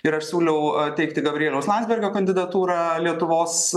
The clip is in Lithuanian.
ir aš siūliau teikti gabrieliaus landsbergio kandidatūrą lietuvos